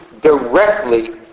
directly